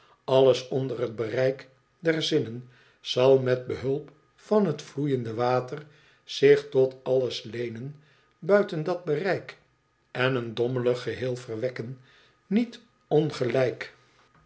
alles onder t bereik der zinnen za met behulp van t vloeiende water zich tot alles leenen buiten dat bereik en een dommelig geheel verwekken niet ongelijk